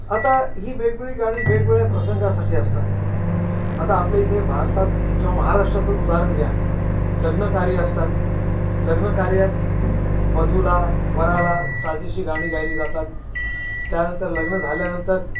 आता ही वेगवेगळी गाणी वेगवेगळ्या प्रसंगासाठी असतात आता आपल्या इथे भारतात किंवा महाराष्ट्राचं उदाहारण घ्या लग्नकार्य असतात लग्नकार्यात वधूला वराला साजेशी गाणी गायली जातात त्यानंतर लग्न झाल्यानंतर